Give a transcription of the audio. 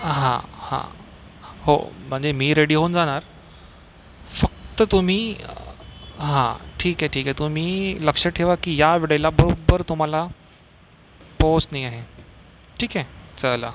हां हां हो म्हणजे मी रेडी होऊन जाणार फक्त तुम्ही हां ठीक आहे ठीक आहे आहे तुम्ही लक्ष ठेवा की या वेळेला बरोबर तुम्हाला पोहोचनी आहे ठीक आहे चला